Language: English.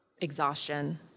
exhaustion